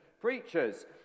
preachers